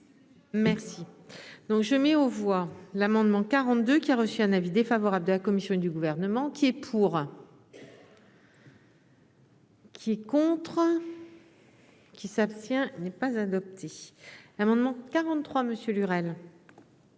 Merci. Donc je mets aux voix l'amendement 42 qui a reçu un avis défavorable de la commission du gouvernement qui est pour. Qui contrôle. Qui s'abstient n'est pas adopté un amendement 43 Monsieur